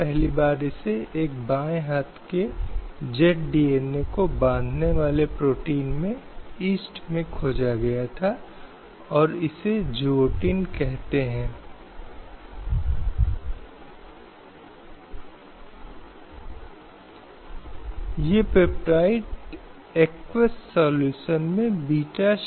पिछले व्याख्यान में हमने महिलाओं के अधिकारों और महिलाओं के खिलाफ हिंसा के मुद्दों पर अंतर्राष्ट्रीय घटनाक्रम पर चर्चा की